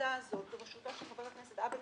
שהוועדה הזאת בראשותו של חבר הכנסת עבד אל